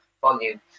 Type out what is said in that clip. volume